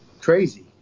crazy